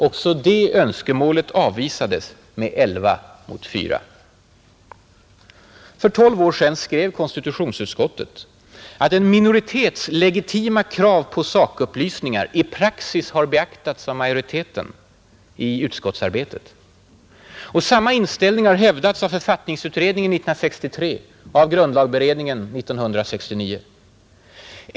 Också det önskemålet avvisades, med 11—4. För tolv år sedan skrev konstitutionsutskottet att ”en minoritets legitima krav på sakupplysningar i praxis beaktats av majoriteten” i utskottsarbetet. Samma inställning har hävdats av författningsutredningen 1963 och av grundlagberedningen 1969.